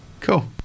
Cool